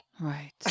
Right